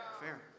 Fair